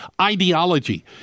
ideology